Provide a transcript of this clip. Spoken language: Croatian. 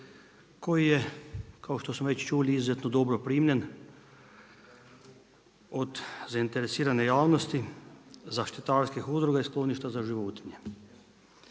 koji je kao što smo već čuli izuzetno dobro primljen od zainteresirane javnosti, zaštitarskih udruga i skloništa za životinje.